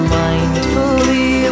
mindfully